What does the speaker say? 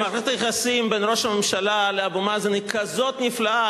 שמערכת היחסים בין ראש הממשלה לאבו מאזן היא כזאת נפלאה,